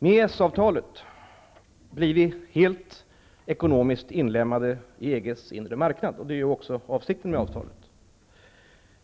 Med EES-avtalet blir vi helt ekonomiskt inlemmade i EG:s inre marknad. Det är också avsikten med avtalet.